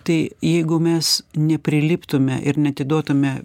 tai jeigu mes ne priliptume ir neatiduotume